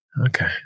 Okay